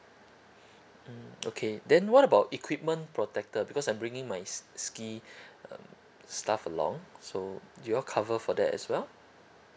mm okay then what about equipment protector because I'm bringing my ski ski um stuff along so do you all cover for that as well